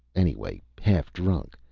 anyway half drunk.